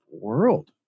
world